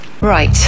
Right